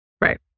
Right